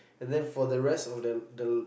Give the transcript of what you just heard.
and then for the rest of that the the